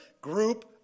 group